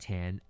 Ten